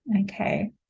okay